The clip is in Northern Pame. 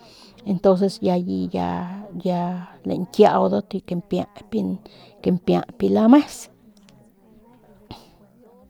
Entonces alli ya ya lañkiaudat kampiayp biu lames.